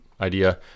idea